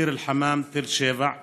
ביר אל-חמאם, תל שבע,